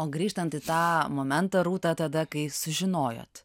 o grįžtant į tą momentą rūtą tada kai sužinojot